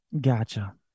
Gotcha